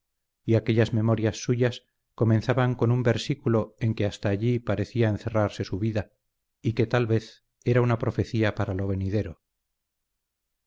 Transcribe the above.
y aquellas memorias suyas comenzaban con un versículo en que hasta allí parecía encerrarse su vida y que tal vez era una profecía para lo venidero